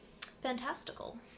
fantastical